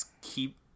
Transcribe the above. keep